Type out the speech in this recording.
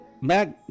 Mac